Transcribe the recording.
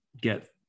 get